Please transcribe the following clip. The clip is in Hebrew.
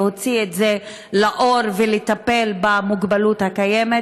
להוציא את זה לאור ולטפל במוגבלות הקיימת.